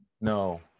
No